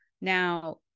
Now